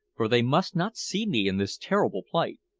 for they must not see me in this terrible plight.